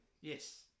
yes